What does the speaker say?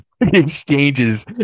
exchanges